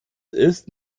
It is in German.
ist